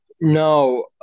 no